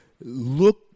look